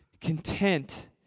content